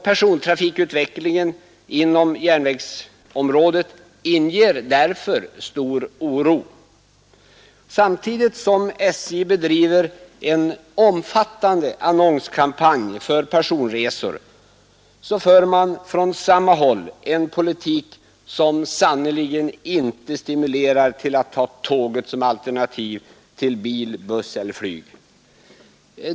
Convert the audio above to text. Persontrafikutvecklingen inom järnvägsområdet inger därför stor oro. Samtidigt som SJ bedriver en omfattande annonskampanj för personresor för man från samma håll en politik som sannerligen inte stimulerar till att ta tåget som alternativ till bil, buss eller flyg.